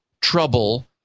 trouble